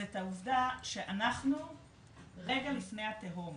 זה את העובדה שאנחנו רגע לפני התהום.